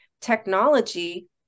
technology